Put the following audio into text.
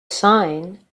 sign